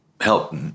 help